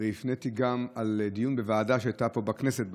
וגם לדיון בוועדה שהייתה פה בכנסת בנדון,